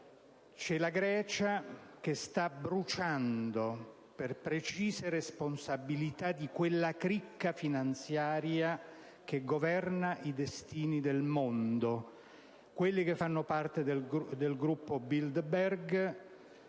C'è la Grecia che sta bruciando, per precise responsabilità di quella cricca finanziaria che governa i destini del mondo, coloro che fanno parte del Gruppo Bilderberg